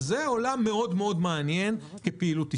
זה עולם מאוד מאוד מעניין כפעילות עסקית.